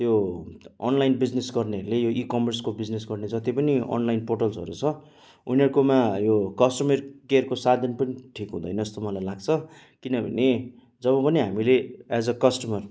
यो online business गर्नेहरूले यो इकमर्सको बिजनेस गर्ने जति पनि अनलाइन पोर्टल्सहरू छ उनीहरूकोमा यो कस्टमर केयरको साधन पनि ठिक हुँदैन जस्तो मलाई लाग्छ किनभने जब पनि हामीले एज अ कस्टमर